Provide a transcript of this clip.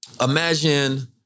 Imagine